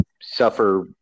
suffer